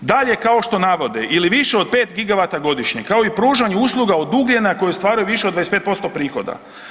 Dalje, kao što navode ili više od 5 gigavata godišnje, kao i pružanje usluga od ugljena koji stvaraju više od 25% prihoda.